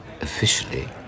Officially